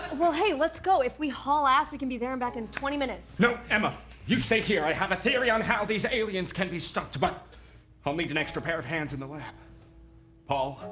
well, hey, let's go if we haul ass we can be there and back in twenty minutes. no, emma you stay here i have a theory on how these aliens can be stopped, but i'll need an extra pair of hands in the lab paul,